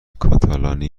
کاتالانی